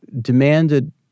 demanded